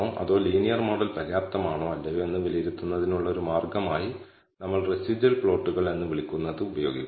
നമ്മൾ ഒരു linear model fit ചെയ്തിട്ടുണ്ട് ഓരോ xi യ്ക്കും ഓരോ സാമ്പിളിനും ŷi യുടെ എസ്റ്റിമേറ്റ് എന്താണെന്ന് ലീനിയർ മോഡലിൽ നിന്ന് നമുക്ക് പ്രവചിക്കാം